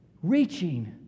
Reaching